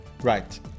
Right